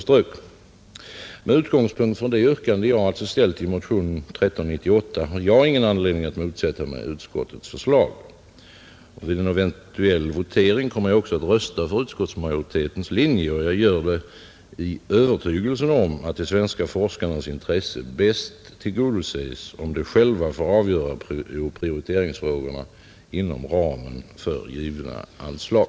Med utgångspunkt i det yrkande jag har ställt i motionen 1398 har.jag ingen anledning att motsätta mig utskottets förslag, Vid en eventuell votering kommer jag också att rösta på utskottsmajoritetens förslag. Jag gör det i övertygelsen om att de svenska forskarnas intressen bäst tillgodoses om de själva får avgöra prioriteringsfrågorna inom ramen för givna anslag.